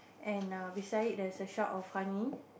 and err beside it there's a shop of honey